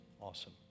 Awesome